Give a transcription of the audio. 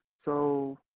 so,